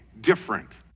different